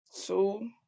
two